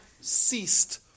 ceased